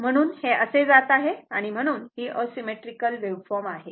म्हणून हे असे जात आहे आणि म्हणून ही असिमेट्रीकल वेव्हफॉर्म आहे